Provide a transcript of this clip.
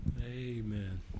amen